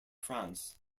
france